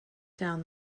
down